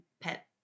pet